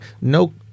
no